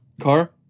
car